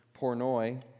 pornoi